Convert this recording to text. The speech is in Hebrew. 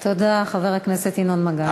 תודה, חבר הכנסת ינון מגל.